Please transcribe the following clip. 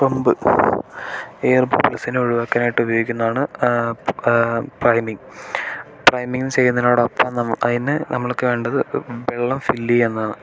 pump air ബബിൾസിനെ ഒഴിവാക്കാനായിട്ട് ഉപയോഗിക്കുന്നതാണ് പ്രൈമിങ് പ്രൈമിങ് ചെയ്യുന്നതിനോടൊപ്പം നമുക്ക് അതിന് നമുക്ക് വേണ്ടത് വെള്ളം ഫില്ല് ചെയ്യുക എന്നതാണ്